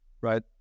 right